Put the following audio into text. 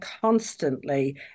constantly